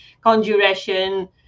conjuration